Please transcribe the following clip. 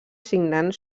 signant